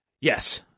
Yes